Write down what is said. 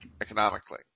economically